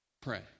Pray